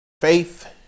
Faith